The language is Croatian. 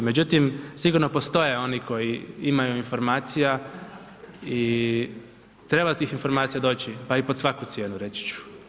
Međutim, sigurno postoje oni koji imaju informaciju i treba do tih informacija doći, pa i pod svaku cijenu reći ću.